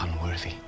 unworthy